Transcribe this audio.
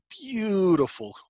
beautiful